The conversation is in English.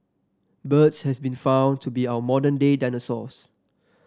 birds has been found to be our modern day dinosaurs